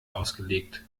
ausgelegt